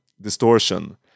distortion